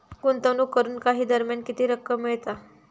गुंतवणूक करून काही दरम्यान किती रक्कम मिळता?